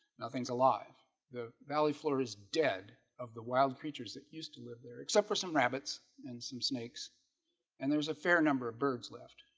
nothing's alive the valley floor is dead of the wild creatures that used to live there except for some rabbits and some snakes and there's a fair number of birds left,